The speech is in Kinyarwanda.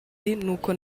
n’uko